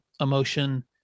emotion